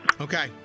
Okay